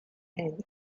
and